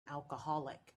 alcoholic